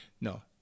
No